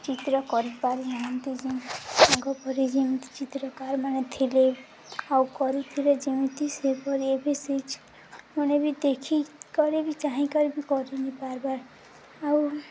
ଚିତ୍ର କରିପାରେ ଏମିତି ଯେ ଆଗ ପରି ଯେମିତି ଚିତ୍ରକାର ମାନେ ଥିଲେ ଆଉ କରିଥିଲେ ଯେମିତି ସେପରି ଏବେ ସେ ମାନେ ବି ଦେଖି କରି ବି ଚାହିଁକ ବି କରିନି ପାରବାର ଆଉ